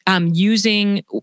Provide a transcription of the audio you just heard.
Using